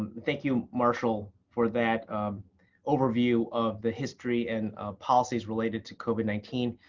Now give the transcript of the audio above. and thank you, marshall, for that overview of the history and policies related to covid nineteen.